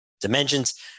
dimensions